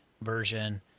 version